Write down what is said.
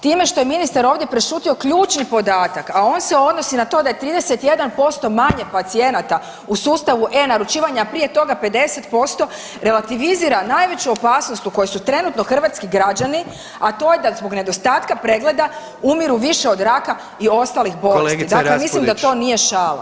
Time što je ministar ovdje prešutio ključni podatak, a on se odnosi na to da je 31% manje pacijenata u sustavu e-naručivanja, prije toga 50%, relativizira najveću opasnost u kojoj su trenutno hrvatski građani, a to je da zbog nedostatka pregleda umiru više od raka i ostalih bolesti, dakle mislim da to nije šala.